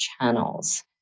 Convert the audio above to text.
channels